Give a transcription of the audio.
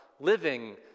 living